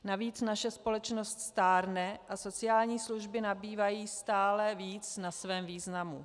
Navíc naše společnost stárne a sociální služby nabývají stále víc na svém významu.